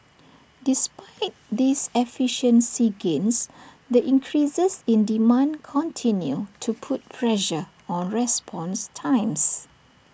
despite these efficiency gains the increases in demand continue to put pressure on response times